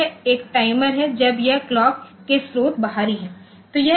तो यह एक टाइमरहै जब यह क्लॉक के स्रोत बाहरी है